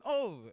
over